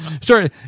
Sorry